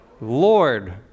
Lord